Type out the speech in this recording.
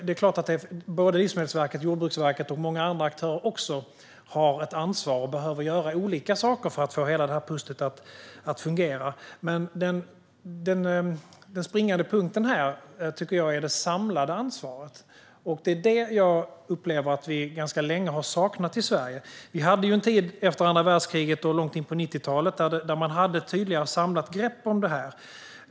Det är klart att såväl Livsmedelsverket och Jordbruksverket som många andra aktörer har ett ansvar och behöver göra olika saker för att få hela pusslet att fungera. Men den springande punkten tycker jag är det samlade ansvaret, och det är detta samlade ansvar som jag tycker att vi ganska länge har saknat i Sverige. Efter andra världskriget och långt in på 90-talet hade man ett tydligare, samlat grepp kring det här.